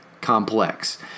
complex